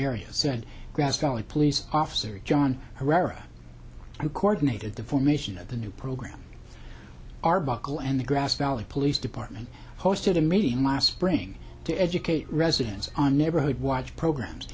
area said grass valley police officer john herrera coordinated the formation of the new program arbuckle and the grass valley police department hosted a meeting last spring to educate residents on neighborhood watch programs